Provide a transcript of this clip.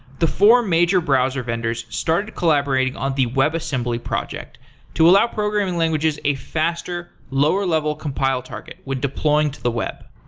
the four major browser vendors started collaborating on the webassembly project to allow programming languages a faster, lower level compile target when deploying to the web.